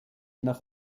nach